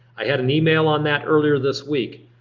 i had an email on that earlier this week.